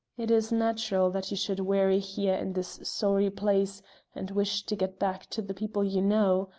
it is natural that you should weary here in this sorry place and wish to get back to the people you know.